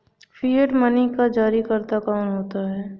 Fiat money का जारीकर्ता कौन होता है?